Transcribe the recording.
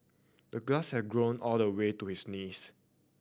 the grass had grown all the way to his knees